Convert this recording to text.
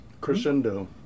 Crescendo